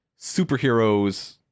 superheroes